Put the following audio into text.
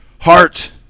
Heart